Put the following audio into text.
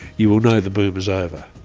you will know the boom is over.